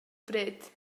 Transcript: bryd